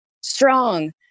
strong